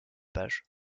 page